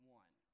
one